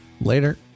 Later